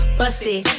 busted